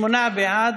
שמונה בעד,